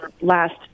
last